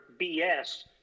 BS